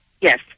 Yes